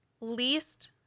least